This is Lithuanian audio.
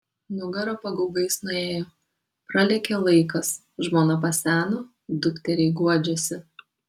nugara pagaugais nuėjo pralėkė laikas žmona paseno dukteriai guodžiasi